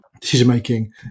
decision-making